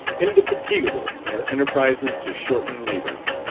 indefatigable in her enterprises to shorten labour.